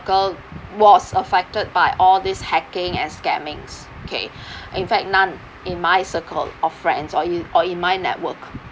circle was affected by all these hacking and scammings okay in fact none in my circle of friends or i~ or in my network